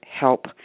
help